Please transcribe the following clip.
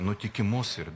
nutikimus ir